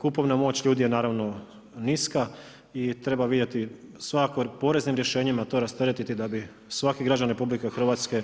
Kupovna moć ljudi je naravno niska i treba vidjeti svakako poreznim rješenjima to rasteretiti da bi svaki građanin RH